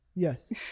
Yes